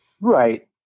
Right